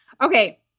Okay